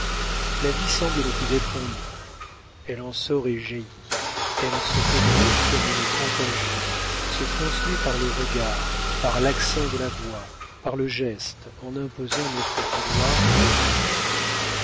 la vie semble ne plus être en nous elle en sort et jaillit elle se communique comme une contagion se transmet par le regard par l'accent de la voix par le geste en imposant notre vouloir aux autres